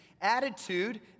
Attitude